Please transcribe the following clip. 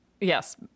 Yes